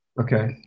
Okay